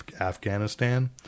Afghanistan